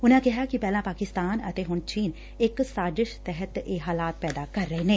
ਉਨੂਂ ਕਿਹਾ ਕਿ ਪਹਿਲਾਂ ਪਾਕਿਸਤਾਨ ਅਤੇ ਹੁਣ ਚੀਨ ਇਕ ਸਾਜਿਸ਼ ਤਹਿਤ ਇਹ ਹਾਲਾਤ ਪੈਦਾ ਕਰ ਰਹੇ ਨੇ